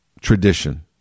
tradition